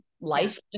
life